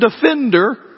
defender